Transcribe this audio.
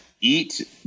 eat